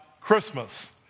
Christmas